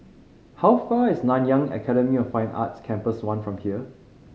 how far is Nanyang Academy of Fine Arts Campus One from here